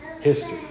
history